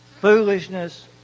foolishness